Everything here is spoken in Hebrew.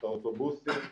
את האוטובוסים,